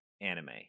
anime